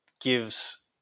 gives